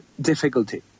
difficulty